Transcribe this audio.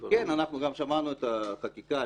אנחנו גם שמענו את החקיקה,